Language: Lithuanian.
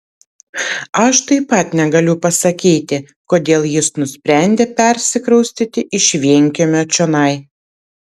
aš taip pat negaliu pasakyti kodėl jis nusprendė persikraustyti iš vienkiemio čionai